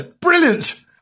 Brilliant